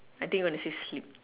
I think you want to say sleep